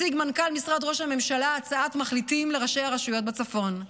הציג מנכ"ל משרד ראש הממשלה הצעת מחליטים לראשי הרשויות בצפון.